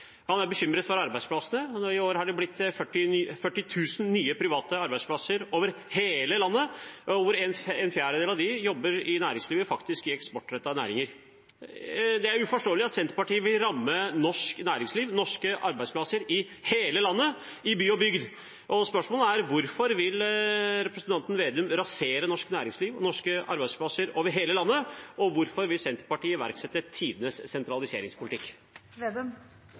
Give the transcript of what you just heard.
Han er bekymret for arbeidsplassene. I år er det blitt 40 000 nye private arbeidsplasser over hele landet, og en fjerdedel av dem jobber i næringslivet, faktisk i eksportrettede næringer. Det er uforståelig at Senterpartiet vil ramme norsk næringsliv og norske arbeidsplasser i hele landet, i by og bygd, og spørsmålet er: Hvorfor vil representanten Slagsvold Vedum rasere norsk næringsliv og norske arbeidsplasser over hele landet? Og hvorfor vil Senterpartiet iverksette tidenes sentraliseringspolitikk?